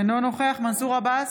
אינו נוכח מנסור עבאס,